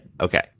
okay